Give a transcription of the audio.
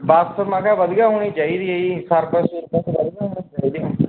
ਬੱਸ ਮੈਂ ਕਿਹਾ ਵਧੀਆ ਹੋਣੀ ਚਾਹੀਦੀ ਹੈ ਜੀ ਸਰਵਿਸ ਸੁਰਵਿਸ ਵਧੀਆ ਹੋਣੀ ਚਾਹੀਦੀ